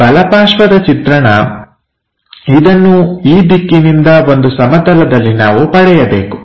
ಈ ಬಲ ಪಾರ್ಶ್ವದ ಚಿತ್ರಣ ಇದನ್ನು ಈ ದಿಕ್ಕಿನಿಂದ ಒಂದು ಸಮತಲದಲ್ಲಿ ನಾವು ಪಡೆಯಬೇಕು